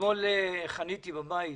אתמול חניתי על יד ביתי.